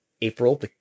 April